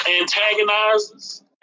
antagonizes